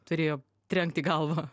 turėjo trenkt į galvą